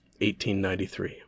1893